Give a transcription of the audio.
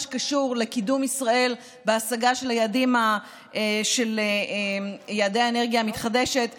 שקשור לקידום השגה של יעדי האנרגיה המתחדשת בישראל.